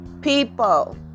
people